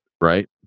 Right